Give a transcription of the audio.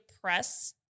press